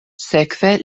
sekve